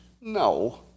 No